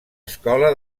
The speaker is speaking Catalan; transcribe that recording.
escola